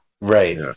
right